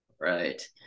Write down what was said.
Right